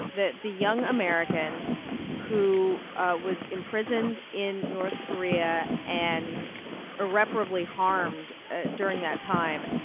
the the young american who was imprisoned in north korea and irreparably harmed ah during that time.